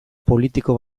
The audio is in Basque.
politiko